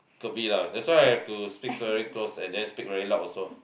could be lah that's why I have to speak very close and then speak very loud also